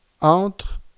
entre